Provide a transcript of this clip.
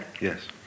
Yes